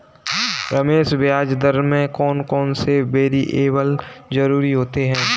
रमेश ब्याज दर में कौन कौन से वेरिएबल जरूरी होते हैं?